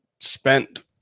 spent